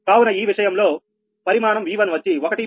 కావున ఈ విషయంలో పరిమాణం V1 వచ్చి 1